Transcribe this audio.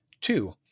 Two